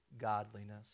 godliness